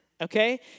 Okay